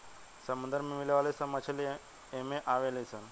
समुंदर में मिले वाली सब मछली एमे आवे ली सन